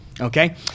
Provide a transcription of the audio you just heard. okay